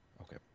Okay